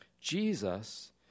Jesus